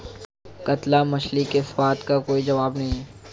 कतला मछली के स्वाद का कोई जवाब नहीं